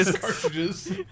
Cartridges